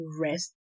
rest